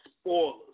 spoilers